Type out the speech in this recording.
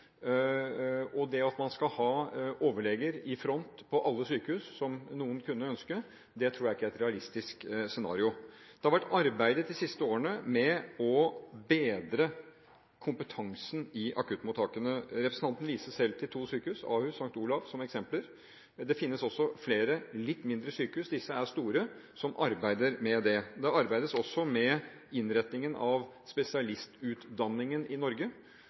Det at man skal ha overleger i front på alle sykehus, som noen kunne ønske, tror jeg ikke er et realistisk scenario. Det har de siste årene vært arbeidet med å bedre kompetansen ved akuttmottakene. Representanten viste selv til to sykehus – Ahus og St. Olavs Hospital – som eksempler. Det finnes også flere litt mindre sykehus – de ovennevnte er store – som arbeider med det. Det arbeides også med innretningen av spesialistutdanningen i Norge.